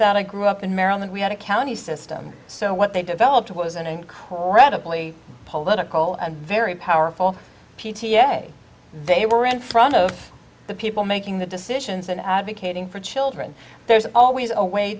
that i grew up in maryland we had a county system so what they developed was an incredibly political and very powerful p t a they were in front of the people making the decisions and advocating for children there's always a way